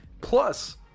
Plus